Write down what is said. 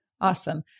Awesome